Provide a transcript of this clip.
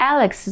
Alex